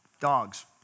Dogs